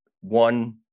one